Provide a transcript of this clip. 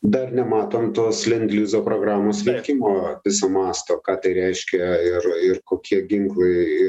dar nematom tos lendlizo programos veikimo viso masto ką tai reiškia ir ir kokie ginklai